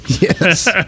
Yes